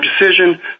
decision